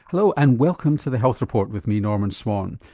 hello and welcome to the health report with me norman swan.